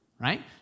Right